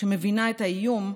שמבינה את האיום,